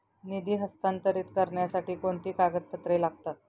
निधी हस्तांतरित करण्यासाठी कोणती कागदपत्रे लागतात?